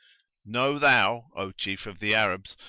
know thou, o chief of the arabs,